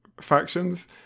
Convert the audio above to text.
factions